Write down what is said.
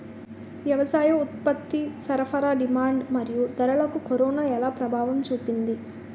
వ్యవసాయ ఉత్పత్తి సరఫరా డిమాండ్ మరియు ధరలకు కరోనా ఎలా ప్రభావం చూపింది